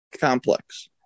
complex